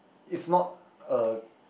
it's not a